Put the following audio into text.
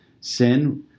Sin